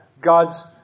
God's